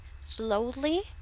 slowly